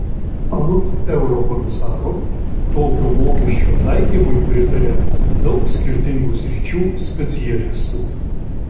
anot eurokomisaro tokio mokesčio taikymui pritaria daug skirtingų sričių specialistų